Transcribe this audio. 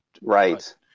Right